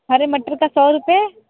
हरे मटर का सौ रुपये